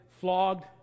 flogged